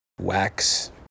wax